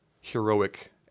heroic